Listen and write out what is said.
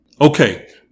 Okay